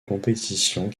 compétitions